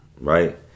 right